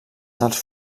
dels